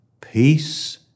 Peace